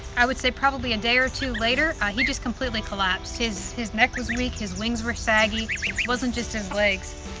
i would say probably a day or two later he just completely collapsed. his his neck was weak, his wings were saggy. and it wasn't just his legs.